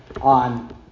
on